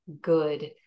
good